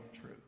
true